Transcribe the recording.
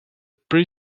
pre